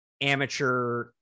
amateur